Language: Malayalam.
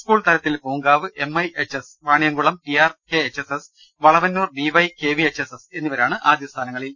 സ്കൂൾതലത്തിൽ Poonkavu M I H S Vaniyamkulam T R K H S S Valavannur B Y K V H S S എന്നിവരാണ് ആദ്യ സ്ഥാനങ്ങളിൽ